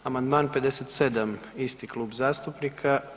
Amandman 57. isti klub zastupnika.